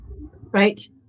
right